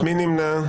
מי נמנע?